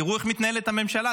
תראו איך מתנהלת הממשלה,